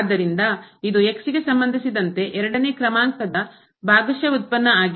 ಆದ್ದರಿಂದ ಇದು ಗೆ ಸಂಬಂಧಿಸಿದಂತೆ ಎರಡನೇ ಕ್ರಮಾಂಕದ ಭಾಗಶಃ ವ್ಯುತ್ಪನ್ನ ಆಗಿದೆ